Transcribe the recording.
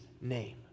name